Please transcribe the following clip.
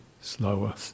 slower